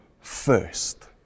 first